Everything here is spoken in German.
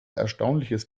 erstaunliches